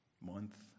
month